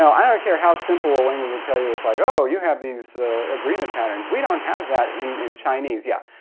i don't care how simple a language will tell you it's like, oh you have these agreement patterns. we don't have that in chinese. yeah,